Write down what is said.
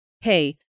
Hey